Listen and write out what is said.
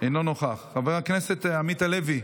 אינו נוכח, חבר הכנסת עמית הלוי,